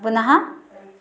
पुनः